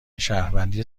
شهروندی